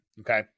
Okay